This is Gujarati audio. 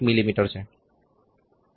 મી છે